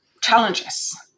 challenges